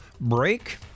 break